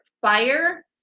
fire